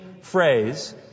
phrase